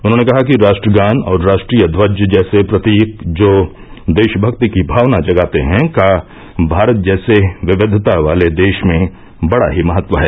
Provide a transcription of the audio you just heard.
उन्होंने कहा कि राष्ट्र गान और राष्ट्रीय ध्वज जैसे प्रतीक जो देशभक्ति की भावना जगाते हैं का भारत जैसे विविधता वाले देश में बड़ा ही महत्व है